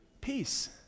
Peace